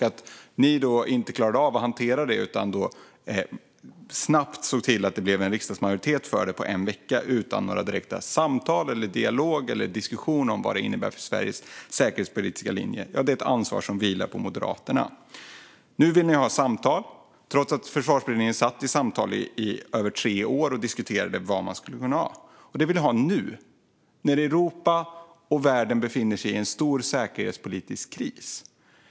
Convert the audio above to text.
Att man inte klarade av att hantera det utan snabbt såg till att det blev en riksdagsmajoritet för detta - på en vecka, utan några direkta samtal, någon dialog eller någon diskussion om vad det innebär för Sveriges säkerhetspolitiska linje - är ett ansvar som vilar på Moderaterna. Nu vill Moderaterna ha samtal, trots att Försvarsberedningen satt i samtal i över tre år och diskuterade vad vi skulle kunna ha. Man vill alltså ha samtal nu , när Europa och världen befinner sig i en stor säkerhetspolitisk kris.